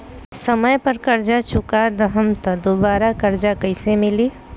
समय पर कर्जा चुका दहम त दुबाराकर्जा कइसे मिली?